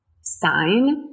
sign